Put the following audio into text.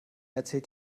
erzählt